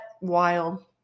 wild